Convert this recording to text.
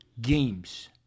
games